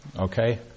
Okay